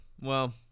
Well-